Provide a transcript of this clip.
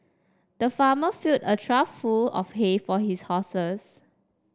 the farmer filled a trough full of hay for his horses